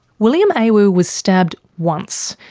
william awu was stabbed once.